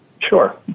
Sure